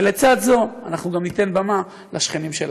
ולצד זה, אנחנו גם ניתן במה לשכנים שלנו.